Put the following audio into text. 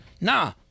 Nah